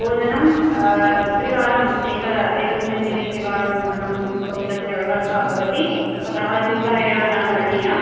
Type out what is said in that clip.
भोजनं त्रिवारम् एक एकस्मिन् दिने त्रिवारं भोजनं भोजनस्य व्यवस्था भवति अतः चिन्ता एव न करणीया